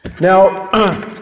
Now